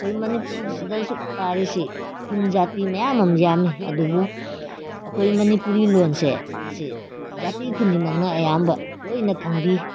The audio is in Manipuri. ꯑꯩꯈꯣꯏ ꯃꯅꯤꯄꯨꯔꯗꯁꯤꯗꯁꯨ ꯇꯥꯔꯤꯁꯤ ꯈꯨꯟ ꯖꯥꯇꯤ ꯃꯌꯥꯝ ꯑꯃ ꯌꯥꯝꯃꯦ ꯑꯗꯨꯕꯨ ꯑꯩꯈꯣꯏ ꯃꯅꯤꯄꯨꯔꯤ ꯂꯣꯟꯁꯦ ꯑꯁꯦ ꯖꯥꯇꯤ ꯈꯨꯗꯤꯡꯃꯛꯅ ꯑꯌꯥꯝꯕ ꯂꯣꯏꯅ ꯈꯪꯕꯤ